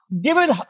given